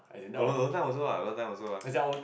oh no one time also lah one time also lah